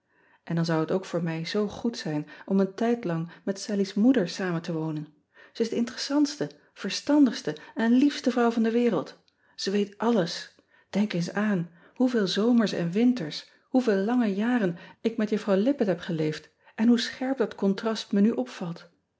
n dan zou het ook voor mij zoo goed zijn om een tijdlang met allie s moeder samen te wonen e is de interessantste verstandigste en liefste vrouw van de wereld e weet alles enk eens aan hoeveel zomers en winters hoeveel lange jaren ik met juffrouw ippett heb geleefd en hoe scherp dat contrast me nu opvalt